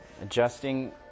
adjusting